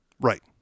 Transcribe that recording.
right